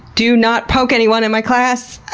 do not poke anyone in my class!